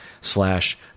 slash